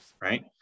Right